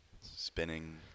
Spinning